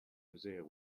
josiah